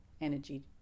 energy